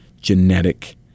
genetic